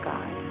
God